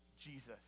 Jesus